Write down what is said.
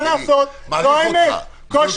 האמת היא, כואב לי לשמוע אותך.